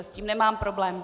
S tím nemám problém.